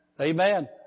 Amen